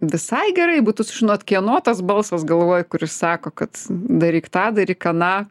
visai gerai būtų sužinot kieno tas balsas galvoj kuris sako kad daryk tą daryk aną